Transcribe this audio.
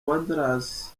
wanderers